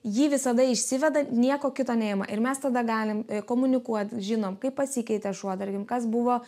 jį visada išsiveda nieko kito neima ir mes tada galim komunikuot žinom kaip pasikeitė šuo tarkim kas buvo